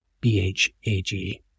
B-H-A-G